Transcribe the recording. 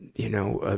you know,